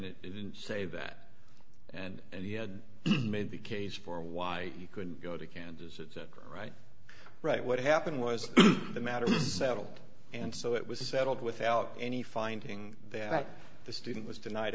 saying it didn't say that and he had made the case for why you couldn't go to kansas it's a right right what happened was the matter settled and so it was settled without any finding that the student was denied